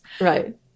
Right